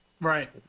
Right